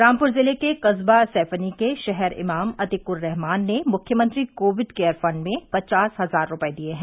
रामपुर जिले के कस्बा सैफनी के शहर इमाम अतीक उर रहमान ने मुख्यमंत्री कोविड केयर फंड में पचास हजार रूपए दिए हैं